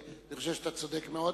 אני חושב שאתה צודק מאוד.